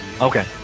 Okay